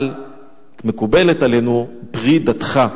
אבל עלינו פרי דתך"